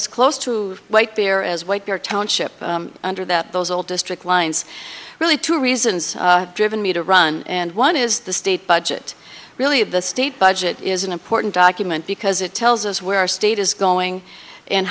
as close to white bear as white bear township under that those old district lines really two reasons driven me to run and one is the state budget really of the state budget is an important document because it tells us where our state is going and